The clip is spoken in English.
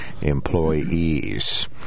employees